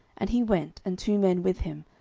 and he went, and two men with him,